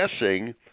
guessing